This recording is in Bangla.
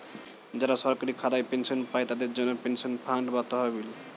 যারা সরকারি খাতায় পেনশন পায়, তাদের জন্যে পেনশন ফান্ড বা তহবিল